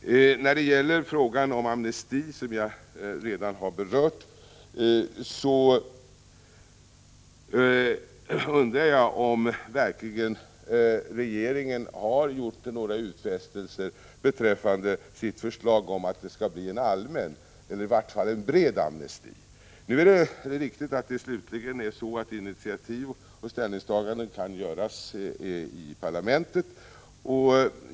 När det gäller frågan om amnesti, som jag redan har berört, undrar jag om den turkiska regeringen verkligen har gjort några utfästelser beträffande förslaget om en allmän eller i vart fall bred amnesti. Det är riktigt att det till sist är inom parlamentet som initiativ skall tas och slutgiltiga ställningstaganden göras.